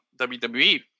WWE